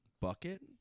Bucket